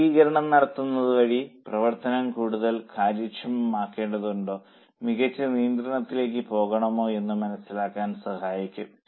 വർഗ്ഗീകരണം നടത്തുന്നതു വഴി പ്രവർത്തനം കൂടുതൽ കാര്യക്ഷമം ആക്കേണ്ടതുണ്ടോ മികച്ച നിയന്ത്രണത്തിലേക്ക് പോകണമോ എന്ന് മനസ്സിലാക്കാൻ സഹായിക്കും